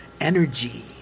energy